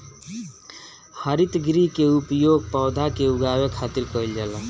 हरितगृह के उपयोग पौधा के उगावे खातिर कईल जाला